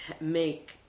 make